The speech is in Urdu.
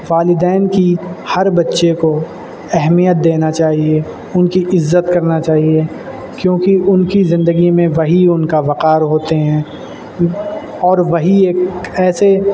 والدین کی ہر بچے کو اہمیت دینا چاہیے ان کی عزت کرنا چاہیے کیوںکہ ان کی زندگی میں وہی ان کا وقار ہوتے ہیں اور وہی ایک ایسے